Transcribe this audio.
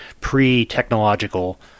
pre-technological